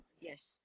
yes